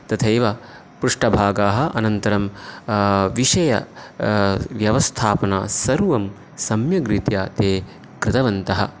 तथैव पृष्टभागाः अनन्तरं विषय व्यवस्थापना सर्वं सम्यग्रीत्या ते कृतवन्तः